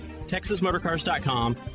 TexasMotorCars.com